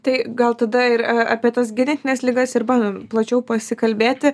tai gal tada ir a apie tas genetines ligas ir bandom plačiau pasikalbėti